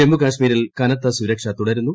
ജമ്മൂ കാശ്മീരിൽ കനത്ത സൂരക്ഷ തുടരുന്നു